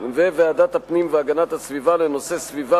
וועדת הפנים והגנת הסביבה לנושא סביבה